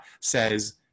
says